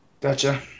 Gotcha